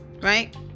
Right